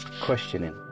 questioning